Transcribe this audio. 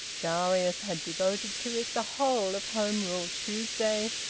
darius had devoted to it the whole of home rule tuesday,